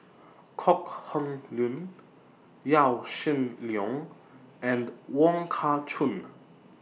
Kok Heng Leun Yaw Shin Leong and Wong Kah Chun